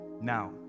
Now